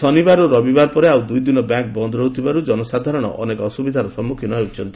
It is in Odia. ଶନିବାର ଓ ରବିବାର ପରେ ଆଉ ଦୁଇଦିନ ବ୍ୟାଙ୍କ ବନ୍ଦ ରହୁଥିବାରୁ ଜନ ସାଧାରଣ ଅନେକ ଅସୁବିଧାର ସମ୍ମୁଖୀନ ହେଉଛନ୍ତି